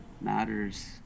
matters